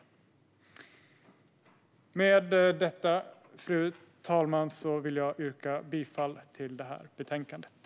Med detta, fru talman, vill jag yrka bifall till utskottets förslag i betänkandet.